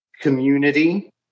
community